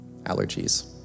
Allergies